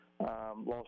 Lost